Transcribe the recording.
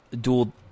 dual